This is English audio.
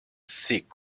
thick